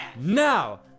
Now